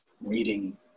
reading